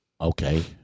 Okay